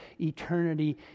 eternity